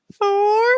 four